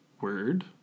Word